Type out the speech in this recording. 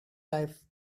life